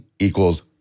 equals